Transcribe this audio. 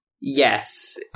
Yes